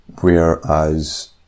whereas